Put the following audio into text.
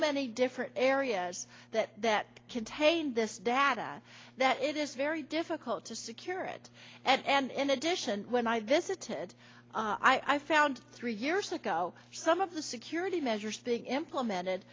many different areas that that contain this data that it is very difficult to secure it and in addition when i visited i found three years ago some of the security measures being implemented